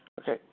Okay